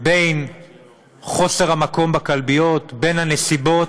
בין חוסר המקום בכלביות, בין הנסיבות,